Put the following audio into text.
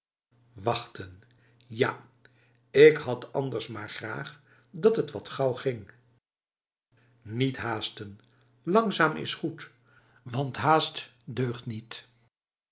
wachtenj ja ik had anders maar graag dat het wat gauw ging niet haasten langzaam is goed wat haast deugt nietf